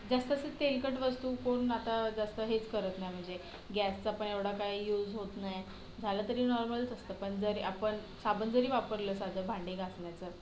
जास्त असं तेलकट वस्तू कोण आता जास्त हेच करत नाही म्हणजे गॅसचा पण एवढा काही युज होत नाही झाला तरी नॉर्मलच असतं पण जरी आपण साबण जरी वापरलं साधं भांडी घासण्याचं